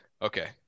Okay